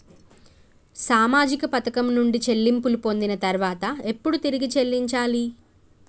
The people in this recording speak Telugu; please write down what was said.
సామాజిక పథకం నుండి చెల్లింపులు పొందిన తర్వాత ఎప్పుడు తిరిగి చెల్లించాలి?